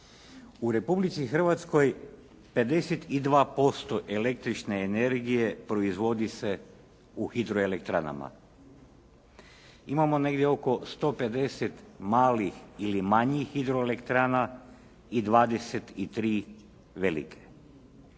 U Republici Hrvatskoj 52% električne energije proizvodi se u hidroelektranama. Imamo negdje oko 150 malih ili manjih hidroelektrana i 23 velike.